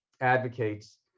advocates